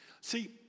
See